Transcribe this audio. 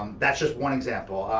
um that's just one example.